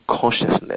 consciousness